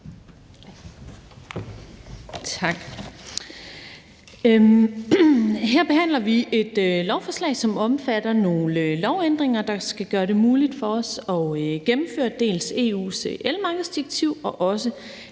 Tak. Her behandler vi et lovforslag, som omfatter nogle lovændringer, der skal gøre det muligt for os at gennemføre dels EU's elmarkedsdirektiv og også